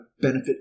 benefit